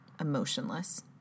emotionless